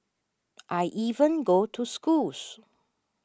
I even go to schools